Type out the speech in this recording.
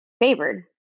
favored